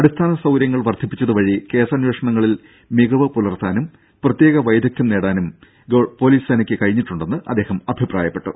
അടിസ്ഥാന സൌകര്യങ്ങൾ വർദ്ധിപ്പിച്ചത് വഴി കേസ് അന്വേഷണങ്ങളിൽ മികവ് പുലർത്താനും പ്രത്യേക വൈദഗ്ധ്യം നേടാനും പൊലീസ് സേനക്ക് കഴിഞ്ഞിട്ടുണ്ടെന്ന് അദ്ദേഹം അഭിപ്രായപ്പെട്ടു